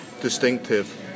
distinctive